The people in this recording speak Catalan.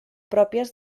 pròpies